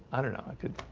i don't know i could